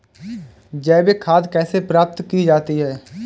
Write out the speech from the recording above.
जैविक खाद कैसे प्राप्त की जाती है?